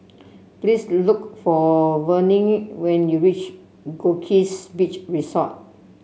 please look for Vernie when you reach Goldkist Beach Resort